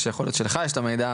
זה שיכול להיות שלך יש את המידע,